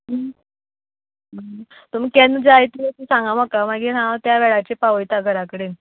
तुमी केन्ना जाय ती सांग म्हाका मागीर हांव त्या वेळाचेर पावयतां घरा कडेन